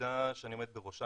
היחידה שאני עומד בראשה,